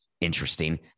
Interesting